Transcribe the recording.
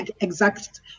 exact